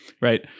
Right